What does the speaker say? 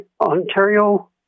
Ontario